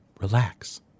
relax